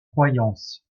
croyances